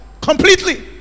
completely